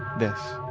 this.